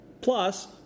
Plus